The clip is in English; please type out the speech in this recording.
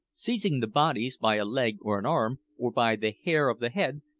seizing the bodies by a leg or an arm, or by the hair of the head,